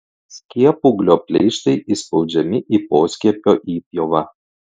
skiepūglio pleištai įspaudžiami į poskiepio įpjovą